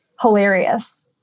hilarious